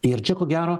ir čia ko gero